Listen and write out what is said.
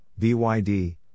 BYD